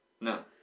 No